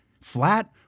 flat